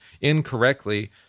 incorrectly